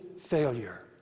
failure